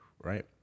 right